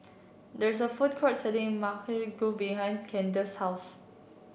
there is a food court selling go behind Candice's house